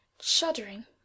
shuddering